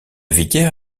vicaire